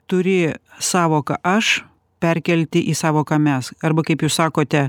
turi sąvoką aš perkelti į sąvoką mes arba kaip jūs sakote